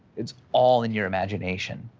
it's all in your imagination.